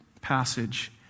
passage